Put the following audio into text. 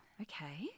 Okay